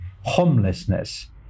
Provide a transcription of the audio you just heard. homelessness